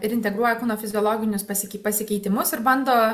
ir integruoja kūno fiziologinius pasikei pasikeitimus ir bando